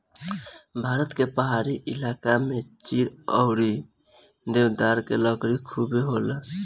भारत के पहाड़ी इलाका में चीड़ अउरी देवदार के लकड़ी खुबे होला